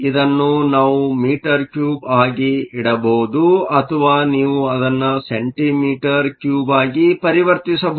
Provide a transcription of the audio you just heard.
ಇದನ್ನು ನಾವು metre cube ಆಗಿ ಇಡಬಹುದು ಅಥವಾ ನೀವು ಅದನ್ನು ಸೆಂಟಿಮೀಟರ್ ಕ್ಯೂಬ್ ಆಗಿ ಪರಿವರ್ತಿಸಬಹುದು